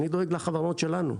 אני דואג לחברות שלנו.